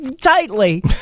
tightly